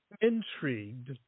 intrigued